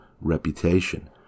reputation